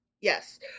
Yes